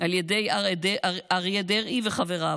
על ידי אריה דרעי וחבריו,